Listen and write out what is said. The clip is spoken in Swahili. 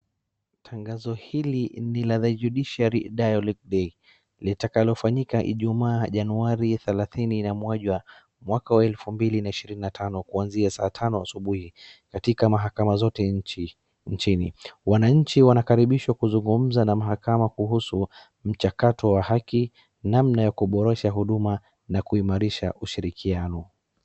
Tangazo hili ni la The judiciary Dialogue Day litakalo fanyika ijumaa januari thelathini na moja mwaka wa elfu mbili na ishirini na tano kuanzia saa tano asubuhi katika mahakama zote nchini. Wananchi wanakaribishwa kuzungumza na mahakama kuhusu mchakato wa haki, namna ya kuboresha huduma na kuimarisha ushirikiano.